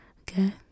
Okay